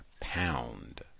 pound